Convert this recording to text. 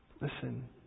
Listen